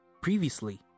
Previously